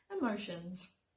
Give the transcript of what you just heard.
emotions